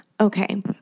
Okay